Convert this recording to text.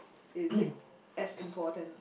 is it as important